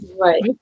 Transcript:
Right